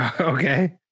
Okay